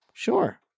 Sure